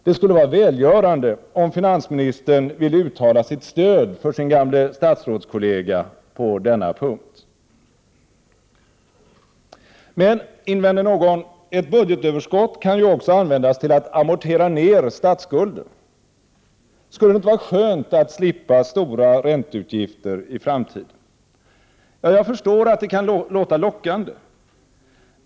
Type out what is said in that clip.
Det skulle vara välgörande om finansministern ville uttala sitt stöd för sin gamla statsrådskollega på denna punkt! Men, invänder någon, ett budgetöverskott kan ju också användas till att amortera ner statsskulden. Skulle det inte vara skönt att slippa stora ränteutgifter i framtiden? Jag förstår att det kan låta lockande.